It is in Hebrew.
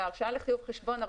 הרשאה לחיוב חשבון,